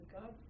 God